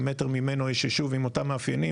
מטר ממנו יש ישוב עם אותם מאפיינים,